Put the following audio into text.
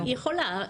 היא יכולה.